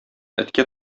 эткә